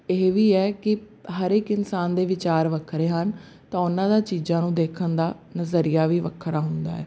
ਇਹ ਵੀ ਹੈ ਕਿ ਹਰ ਇੱਕ ਇਨਸਾਨ ਦੇ ਵਿਚਾਰ ਵੱਖਰੇ ਹਨ ਤਾਂ ਉਹਨਾਂ ਦਾ ਚੀਜ਼ਾਂ ਨੂੰ ਦੇਖਣ ਦਾ ਨਜ਼ਰੀਆ ਵੀ ਵੱਖਰਾ ਹੁੰਦਾ ਹੈ